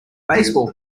baseball